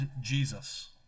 Jesus